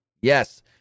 Yes